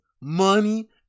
money